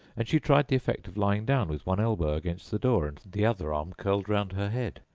and she tried the effect of lying down with one elbow against the door, and the other arm curled round her head.